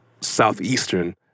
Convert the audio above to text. Southeastern